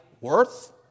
worth